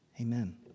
Amen